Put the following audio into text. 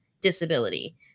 disability